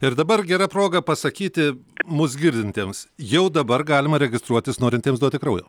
ir dabar gera proga pasakyti mus girdintiems jau dabar galima registruotis norintiems duoti kraujo